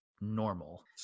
normal